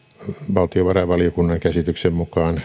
valtiovarainvaliokunnan käsityksen mukaan